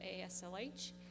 ASLH